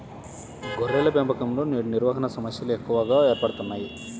గొర్రెల పెంపకంలో నేడు నిర్వహణ సమస్యలు ఎక్కువగా ఏర్పడుతున్నాయి